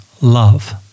love